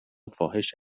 فاحش